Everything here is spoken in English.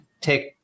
take